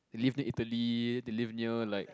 they live near Italy they live near like